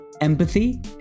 empathy